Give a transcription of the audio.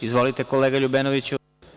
Izvolite, kolega LJubenoviću.